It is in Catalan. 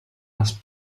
les